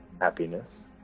Happiness